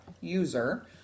user